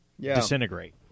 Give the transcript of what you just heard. disintegrate